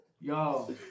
yo